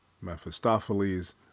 Mephistopheles